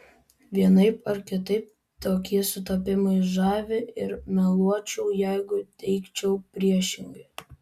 vienaip ar kitaip tokie sutapimai žavi ir meluočiau jeigu teigčiau priešingai